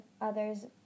others